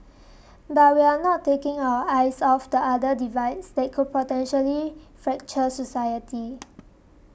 but we are not taking our eyes off the other divides that could potentially fracture society